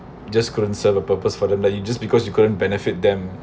just couldn't serve a purpose for them like you just because you couldn't benefit them